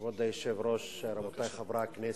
כבוד היושב-ראש, רבותי חברי הכנסת,